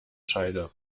scheide